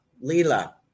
Lila